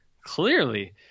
clearly